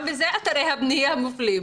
גם בזה אתרי הבנייה מופלים,